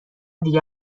دیگه